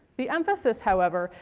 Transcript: the emphasis however,